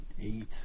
Eight